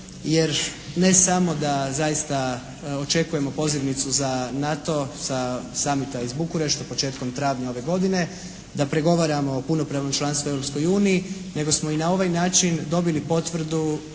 jer ne samo da zaista očekujemo pozivnicu za NATO sa samita iz Bukurešta, početkom travnja ove godine, da pregovaramo o punopravnom članstvu Europskoj uniji, nego smo i na ovaj način dobili potvrdu